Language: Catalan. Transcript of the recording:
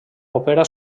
opera